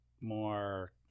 more